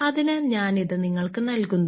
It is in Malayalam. അതിനാൽ ഞാൻ ഇത് നിങ്ങൾക്ക് നൽകുന്നു